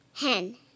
Hen